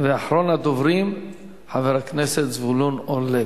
אחרון הדוברים הוא חבר הכנסת זבולון אורלב,